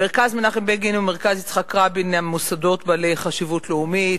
מרכז מנחם בגין ומרכז יצחק רבין הם מוסדות בעלי חשיבות לאומית,